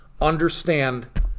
understand